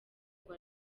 ngo